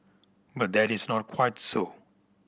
but that is not quite so